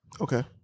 Okay